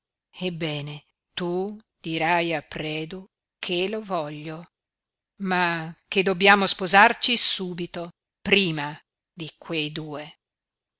ebbene tu dirai a predu che lo voglio ma che dobbiamo sposarci subito prima di quei due